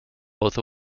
both